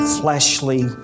fleshly